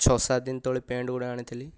ଛଅ ସାତ ଦିନ ତଳେ ପ୍ୟାଣ୍ଟ ଗୋଟିଏ ଆଣିଥିଲି